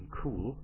cool